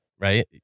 right